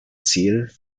ziel